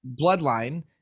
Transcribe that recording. bloodline